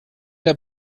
der